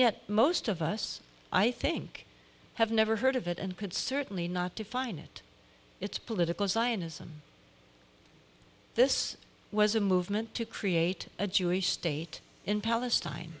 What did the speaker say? yet most of us i think have never heard of it and could certainly not define it it's political zionism this was a movement to create a jewish state in palestine